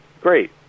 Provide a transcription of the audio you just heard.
Great